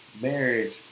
marriage